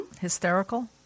Hysterical